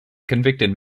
convicted